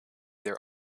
their